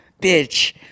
bitch